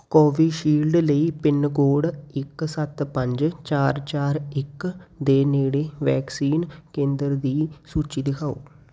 Covishield ਲਈ pin code ਇੱਕ ਸੱਤ ਪੰਜ ਚਾਰ ਚਾਰ ਇੱਕ ਦੇ ਨੇੜੇ ਵੈਕਸੀਨ ਕੇਂਦਰ ਦੀ ਸੂਚੀ ਦਿਖਾਓ